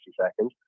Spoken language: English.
seconds